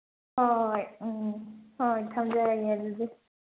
ꯍꯣꯏ ꯎꯝ ꯍꯣꯏ ꯊꯝꯖꯔꯒꯦ ꯑꯗꯨꯗꯤ